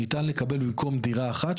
ניתן לקבל במקום דירה אחת,